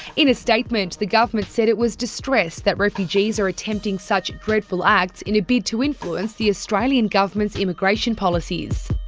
in a statement, the government says it was distressed that refugees are attempting such dreadful acts in a bid to influence the australian government's immigration policies.